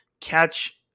catch